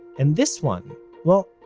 and this one, well,